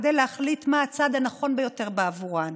כדי להחליט מה הצעד הנכון ביותר בעבורן.